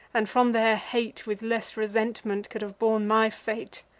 and, from their hate, with less resentment could have borne my fate.